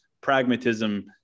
pragmatism